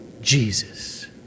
Jesus